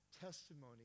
testimony